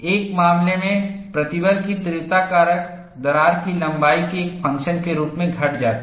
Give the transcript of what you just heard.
एक मामले में प्रतिबल की तीव्रता कारक दरार की लंबाई के एक फंक्शन के रूप में घट जाती है